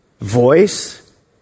voice